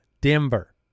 Denver